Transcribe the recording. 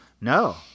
No